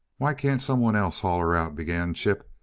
why can't some one else haul her out? began chip.